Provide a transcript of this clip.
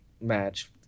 match